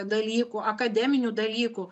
dalykų akademinių dalykų